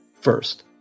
First